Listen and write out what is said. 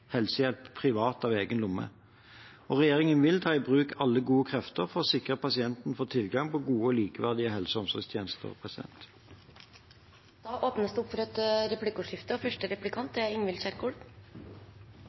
privat helsehjelp av egen lomme. Regjeringen vil ta i bruk alle gode krefter for å sikre at pasienter får tilgang på gode og likeverdige helse- og omsorgstjenester.